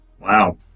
Wow